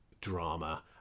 drama